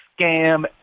scam